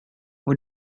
och